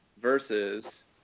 versus